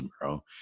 bro